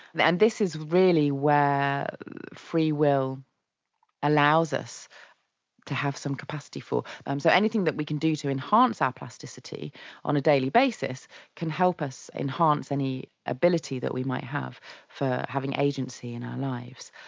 and this is really where free will allows us to have some capacity for, um so anything that we can do to enhance our plasticity on a daily basis can help us enhance any ability that we might have for having agency in our lives.